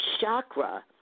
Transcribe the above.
chakra